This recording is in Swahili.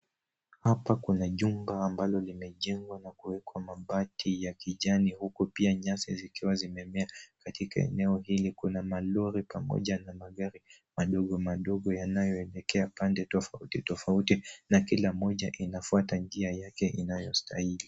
Hapa kuna jumba ambalo limejengwa kwa mabati ya kijani huku pia nyasi zikiwa zimemea katika eneo hili kuna malori pamoja na magari madogomadogo yanayoelekea pande tofautitofauti na kila moja inafwata njia yake inayostahili.